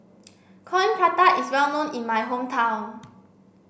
Coin Prata is well known in my hometown